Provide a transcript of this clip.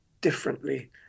differently